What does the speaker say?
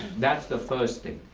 that's the first thing.